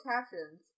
captions